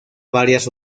varias